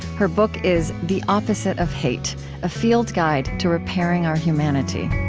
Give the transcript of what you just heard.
her book is the opposite of hate a field guide to repairing our humanity